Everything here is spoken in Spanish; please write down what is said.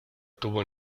tuvo